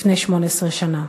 לפני 18 שנה.